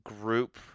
group